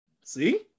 See